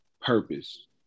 purpose